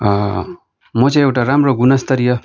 म चाहिँ एउटा राम्रो गुणस्तरीय